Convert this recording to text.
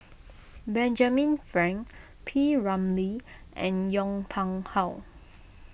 Benjamin Frank P Ramlee and Yong Pung How